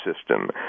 system